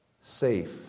safe